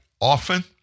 often